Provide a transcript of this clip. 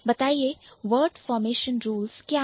बताइए WOrd formation Rules word formation rules क्या है